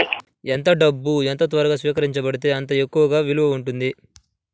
ఎంత డబ్బు ఎంత త్వరగా స్వీకరించబడితే అంత ఎక్కువ విలువ ఉంటుంది